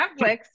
Netflix